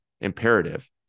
imperative